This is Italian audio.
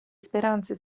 speranze